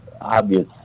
obvious